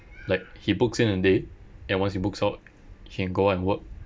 like he books in in the day and once he books out he can go out and work